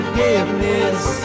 Forgiveness